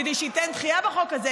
כדי שייתן דחייה בחוק הזה,